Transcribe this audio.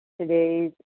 Today's